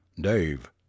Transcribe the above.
Dave